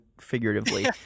figuratively